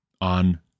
on